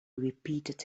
repeated